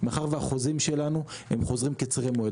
מאחר והחוזים שלנו הם חוזים קצרי מועד.